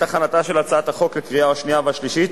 בעת הכנתה של הצעת החוק לקריאה השנייה והשלישית,